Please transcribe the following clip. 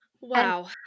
Wow